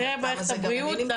אבל לא משנה.